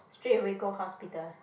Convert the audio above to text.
straightaway go hospital